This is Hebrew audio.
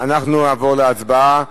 אנחנו נעבור להצבעה.